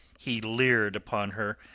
he leered upon her,